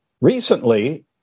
recently